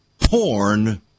porn